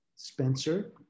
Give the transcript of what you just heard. Spencer